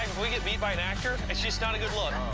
we get beat by an actor, it's just not a good look.